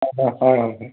অঁ হয় হয় হয়